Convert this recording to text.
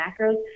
macros